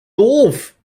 doof